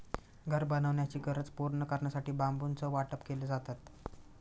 घर बनवण्याची गरज पूर्ण करण्यासाठी बांबूचं वाटप केले जातात